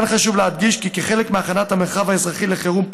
כאן חשוב להדגיש כי כחלק מהכנת המרחב האזרחי לחירום,